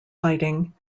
fighting